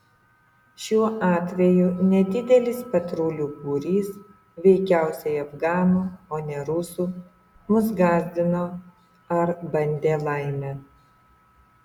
šiuo atveju nedidelis patrulių būrys veikiausiai afganų o ne rusų mus gąsdino ar bandė laimę